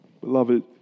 Beloved